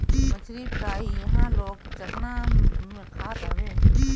मछरी फ्राई इहां लोग चखना में खात हवे